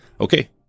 Okay